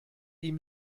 ihm